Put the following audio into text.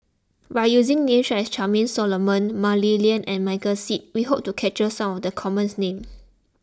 by using names such as Charmaine Solomon Mah Li Lian and Michael Seet we hope to capture some of the commons names